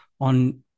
on